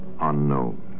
unknown